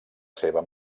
seva